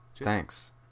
Thanks